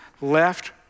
left